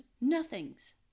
nothings